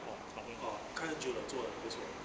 !wah! something good 看了就做了她说